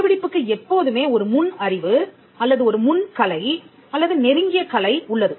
கண்டுபிடிப்புக்கு எப்போதுமே ஒரு முன் அறிவு அல்லது ஒரு முன் கலை அல்லது நெருங்கிய கலை உள்ளது